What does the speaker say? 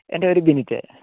എൻ്റെ പേര് ഗിനിക്ക്